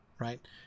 right